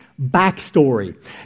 Backstory